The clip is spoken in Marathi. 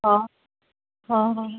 हा हं हं